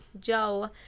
Joe